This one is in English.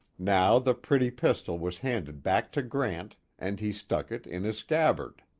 now the pretty pistol was handed back to grant and he stuck it in his scabbard.